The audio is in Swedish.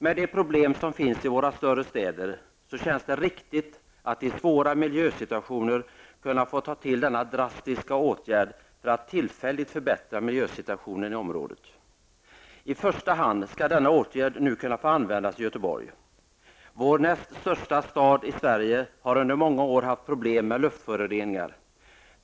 Med de problem som finns i våra större städer, känns det riktigt att i svåra miljösituationer kunna ta till denna drastiska åtgärd för att tillfälligt förbättra miljösituationen i området. I första hand skall denna åtgärd nu kunna användas i Göteborg. Sveriges näst största stad har under många år haft problem med luftföroreningar.